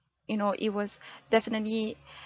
you know it was definitely